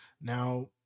now